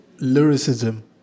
lyricism